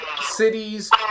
cities